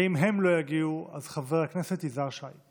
ואם הם לא יגיעו, אז חבר הכנסת יזהר שי.